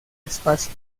espacio